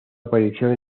aparición